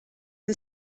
who